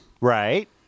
Right